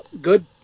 good